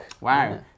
Wow